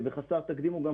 וחסר תקדים,